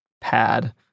pad